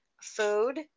food